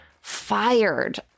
fired